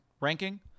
ranking